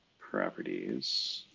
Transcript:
properties.